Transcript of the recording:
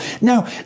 Now